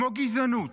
כמו גזענות,